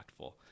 impactful